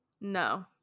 No